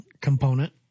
component